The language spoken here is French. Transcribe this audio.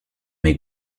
mes